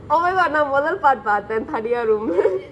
oh my god நா முதல்:naa muthal part பார்த்தே தனியா:paarthe thaniyaa room லே:le